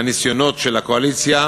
הניסיונות של הקואליציה,